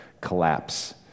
collapse